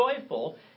joyful